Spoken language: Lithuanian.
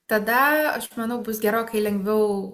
tada aš manau bus gerokai lengviau